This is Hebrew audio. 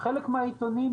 חלק מהעיתונים,